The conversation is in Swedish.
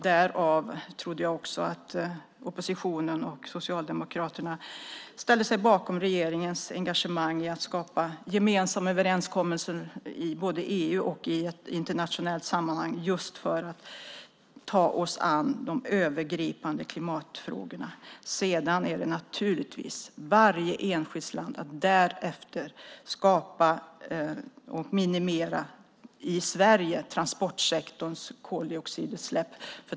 Därav trodde jag också att oppositionen och Socialdemokraterna ställde sig bakom regeringens engagemang för att skapa gemensamma överenskommelser i både EU och ett internationellt sammanhang just för att ta oss an de övergripande klimatfrågorna. Därefter är det naturligtvis varje enskilt lands ansvar att minimera transportsektorns koldioxidutsläpp.